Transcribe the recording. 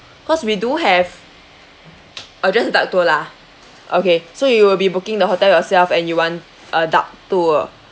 cause we do have uh just the duck tour lah okay so you will be booking the hotel yourself and you want a duck tour